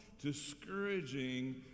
discouraging